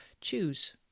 choose